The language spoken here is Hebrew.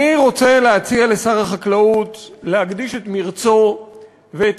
אני רוצה להציע לשר החקלאות להקדיש את מרצו ואת